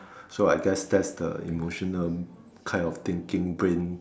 so I guess that's the emotional kind of thinking brain